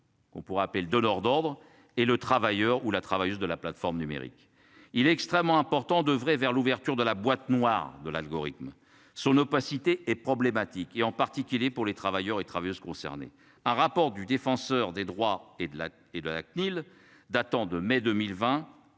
On pourra appellent de leurs d'ordres et le travailleur ou la travailleuse de la plateforme numérique. Il est extrêmement important devrait vers l'ouverture de la boîte noire de l'algorithme son opacité et problématique et en particulier pour les travailleurs et travailleuses concernées rapport du défenseur des droits et de la et de la CNIL datant de mai 2020